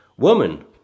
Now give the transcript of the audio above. Woman